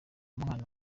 umwana